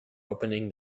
opening